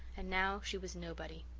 and now she was nobody.